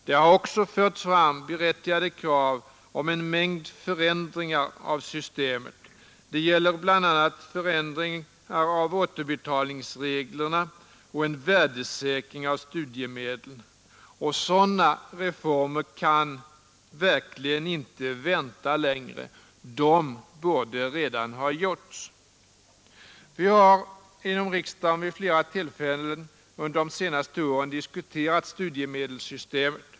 Det har också förts fram berättigade krav på en mängd förändringar av systemet. Det gäller bl.a. förändringar av återbetalningsreglerna och en värdesäkring av studiemedlen. Sådana reformer kan verkligen inte vänta längre. De borde redan ha genomförts. Vi har inom riksdagen vid flera tillfällen under de senaste åren diskuterat studiemedelssystemet.